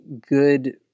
good